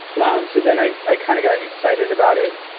um so, then i kind of got excited about it,